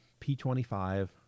P25